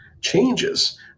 changes